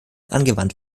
angewandt